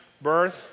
birth